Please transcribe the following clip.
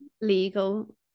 legal